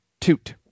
toot